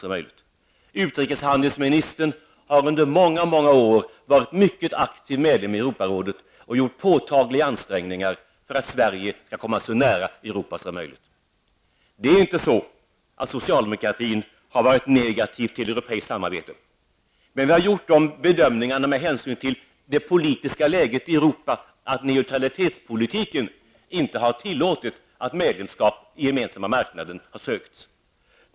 Utrikeshandelsministern har under många många år varit en mycket aktiv medlem i Europarådet och gjort påtagliga ansträngningar för att Sverige skall komma så nära Europa som möjligt. Socialdemokratin har inte varit negativ till europeiskt samarbete, men vi har gjort de bedömningarna med hänsyn till det politiska läget i Europa att neutralitetspolitiken inte har tillåtit oss att söka medlemskap i Gemensamma marknaden.